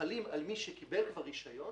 על מי שקיבל כבר רישיון